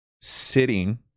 sitting